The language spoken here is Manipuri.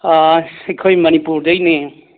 ꯑꯩꯈꯣꯏ ꯃꯅꯤꯄꯨꯔꯗꯒꯤꯅꯦ